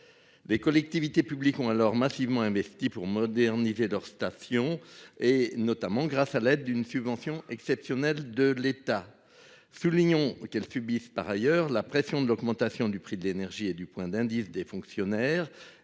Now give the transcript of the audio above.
Des collectivités publiques ont alors massivement investi pour moderniser leurs stations et notamment grâce à l'aide d'une subvention exceptionnelle de l'État. Soulignons qu'elles subissent. Par ailleurs, la pression de l'augmentation du prix de l'énergie et du point d'indice des fonctionnaires